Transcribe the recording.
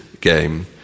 game